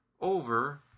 over